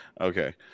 Okay